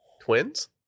twins